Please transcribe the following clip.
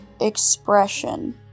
expression